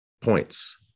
points